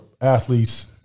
athletes –